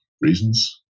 reasons